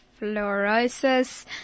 fluorosis